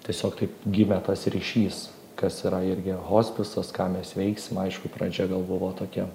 tiesiog taip gimė tas ryšys kas yra irgi hospisas ką mes veiksim aišku pradžia gal buvo tokia